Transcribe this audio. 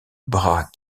bras